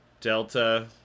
Delta